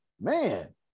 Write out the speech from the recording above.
man